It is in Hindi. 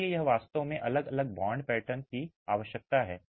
इसलिए यह वास्तव में अलग अलग बॉन्ड पैटर्न की आवश्यकता है